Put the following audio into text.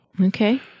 Okay